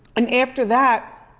and after that,